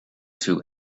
two